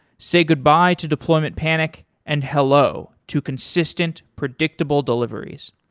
say goodbye to deployment panic and hello to consistent, predictable deliveries.